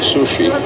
Sushi